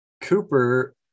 Cooper